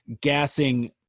gassing